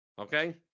Okay